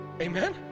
Amen